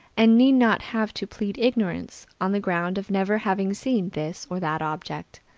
and need not have to plead ignorance, on the ground of never having seen this or that object.